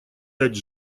дать